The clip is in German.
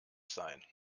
sein